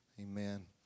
amen